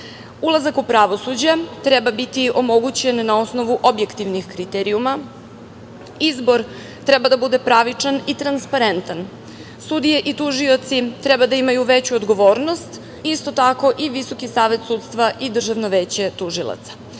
u pravosuđe treba biti omogućen na osnovu objektivnih kriterijuma. Izbor treba da bude pravičan i transparentan. Sudije i tužioci treba da imaju veću odgovornost, isto tako i Visoki savet sudstva i Državno veće tužilaca.